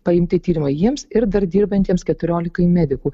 paimti tyrimai jiems ir dar dirbantiems keturiolikai medikų